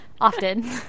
often